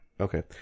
Okay